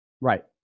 right